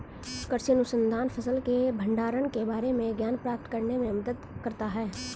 कृषि अनुसंधान फसल के भंडारण के बारे में ज्ञान प्राप्त करने में मदद करता है